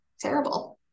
terrible